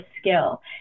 skill